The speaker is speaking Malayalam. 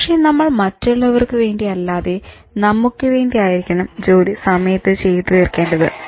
പക്ഷെ നമ്മൾ മറ്റുള്ളവർക്ക് വേണ്ടി അല്ലാതെ നമുക്ക് വേണ്ടി ആയിരിക്കണം ജോലി സമയത്ത് ചെയ്തു തീർക്കേണ്ടത്